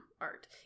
art